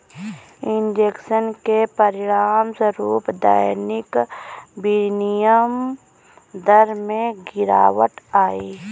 injection के परिणामस्वरूप दैनिक विनिमय दर में गिरावट आई